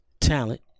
talent